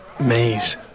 maze